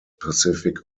pacific